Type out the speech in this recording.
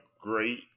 great